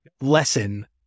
lesson